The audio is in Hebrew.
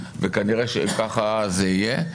וכנראה שככה זה יהיה,